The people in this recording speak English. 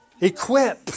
Equip